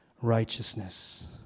righteousness